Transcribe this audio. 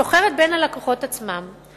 סוחרת בין הלקוחות עצמם.